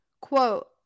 quote